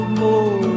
more